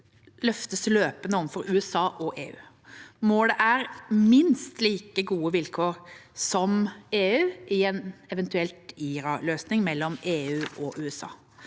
løftes løpende overfor USA og EU. Målet er minst like gode vilkår som EU i en eventuell «IRA-løsning» mellom EU og USA.